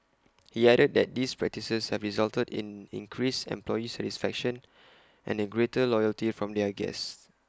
he added that these practices have resulted in increased employee satisfaction and A greater loyalty from their guests